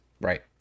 Right